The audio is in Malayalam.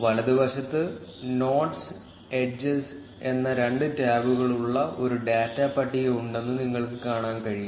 വലതുവശത്ത് നോഡ്സ് എഡ്ജസ് എന്ന രണ്ട് ടാബുകളുള്ള ഒരു ഡാറ്റ പട്ടിക ഉണ്ടെന്ന് നിങ്ങൾക്ക് കാണാൻ കഴിയും